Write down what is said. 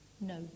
No